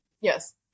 Yes